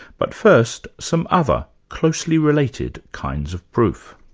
but first, some other, closely related kinds of proof.